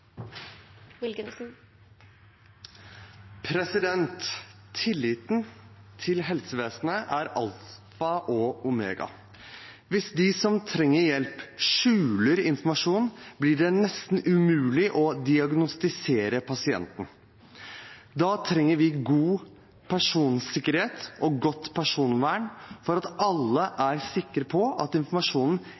Tilliten til helsevesenet er alfa og omega. Hvis de som trenger hjelp, skjuler informasjon, blir det nesten umulig å diagnostisere pasienten. Da trenger vi god personsikkerhet og godt personvern, sånn at alle er sikre på at